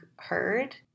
heard